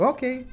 Okay